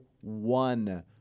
one